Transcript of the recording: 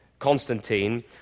Constantine